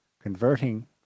converting